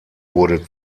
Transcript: wurde